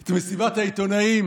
את מסיבת העיתונאים